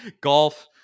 golf